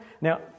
Now